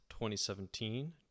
2017